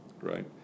Right